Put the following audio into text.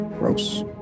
Gross